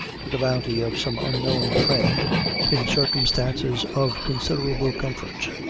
to the bounty of some unknown friend in circumstances of considerable comfort.